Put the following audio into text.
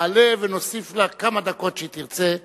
תעלה ונוסיף לה כמה דקות שהיא תרצה,